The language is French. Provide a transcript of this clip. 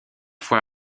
fois